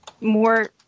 more